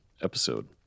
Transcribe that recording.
episode